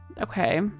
Okay